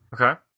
Okay